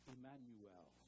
Emmanuel